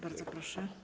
Bardzo proszę.